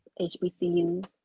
HBCU